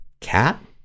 cat